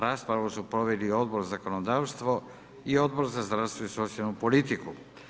Raspravu su proveli Odbor za zakonodavstvo i Odbor za zdravstvo i socijalnu politiku.